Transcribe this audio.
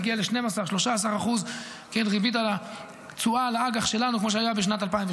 נגיע ל-12%-13% ריבית על התשואה על האג"ח שלנו כמו שהיה ב-2003-2002,